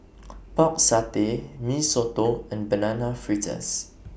Pork Satay Mee Soto and Banana Fritters